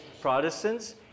Protestants